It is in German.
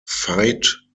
veit